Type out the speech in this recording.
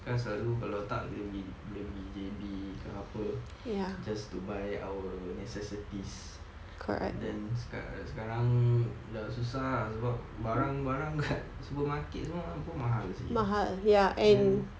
kan selalu kalau tak boleh pergi J_B ke apa just to buy our necessities then sekarang dah susah ah sebab barang-barang kat supermarket semua mahal seh then